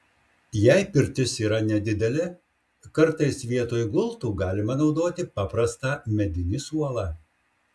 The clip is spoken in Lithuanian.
jei pirtis yra nedidelė kartais vietoj gultų galima naudoti paprastą medinį suolą